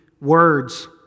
words